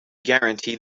guarantee